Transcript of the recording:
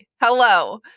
hello